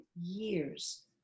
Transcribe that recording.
years